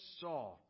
saw